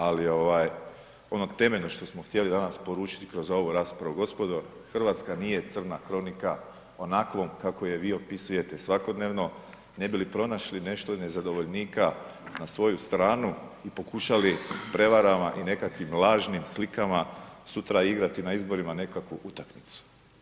Ali ono temeljno što smo htjeli danas poručiti kroz ovu raspravu, gospodo Hrvatska nije crna kronika onakvom kakvom je vi opisujete svakodnevno ne bi li pronašli nešto nezadovoljnika na svoju stranu i pokušali prevarama i nekakvim lažnim slikama sutra igrati na izborima nekakvu utakmicu.